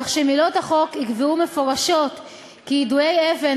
כך שמילות החוק יקבעו מפורשות כי יידויי אבן